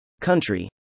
Country